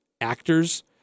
actors